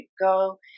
go